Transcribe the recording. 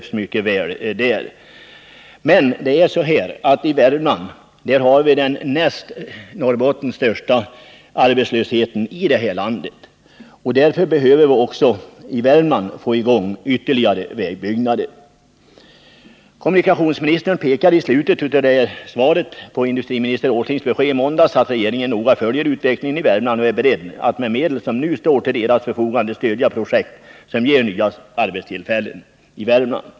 Sådana är mycket behövliga. Men Värmland har den näst Norrbotten största arbetslösheten i vårt land, och därför behöver vi också i Värmland få i gång ytterligare vägbyggnader. Kommunikationsministern pekar i slutet av svaret på industriminister Åslings besked i måndags att regeringen noga följer utvecklingen i Värmland och är beredd att med de medel som nu står till dess förfogande stödja projekt som ger nya arbetstillfällen i Värmland.